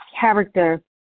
character